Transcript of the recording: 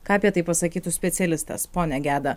ką apie tai pasakytų specialistas pone geda